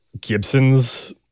gibson's